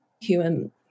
Human